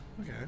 Okay